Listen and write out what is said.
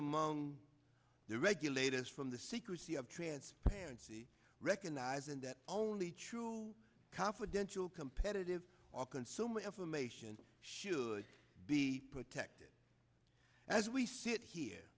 among the regulators from the secrecy of transparency recognizing that only true confidential competitive or consumer information should be protected as we see it here